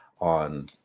on